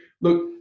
Look